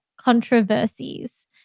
controversies